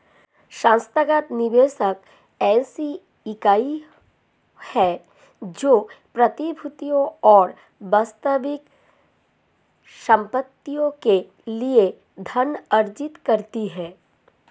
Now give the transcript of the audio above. संस्थागत निवेशक ऐसी इकाई है जो प्रतिभूतियों और वास्तविक संपत्तियों के लिए धन अर्जित करती है